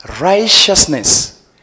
righteousness